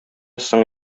соң